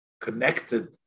connected